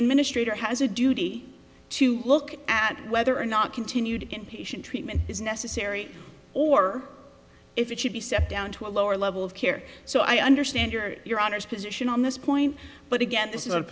administrator has a duty to look at whether or not continued inpatient treatment is necessary or it should be set down to a lower level of care so i understand your your honour's position on this point but again th